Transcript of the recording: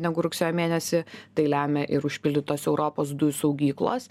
negu rugsėjo mėnesį tai lemia ir užpildytos europos dujų saugyklos